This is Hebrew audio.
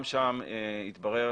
גם שם התברר,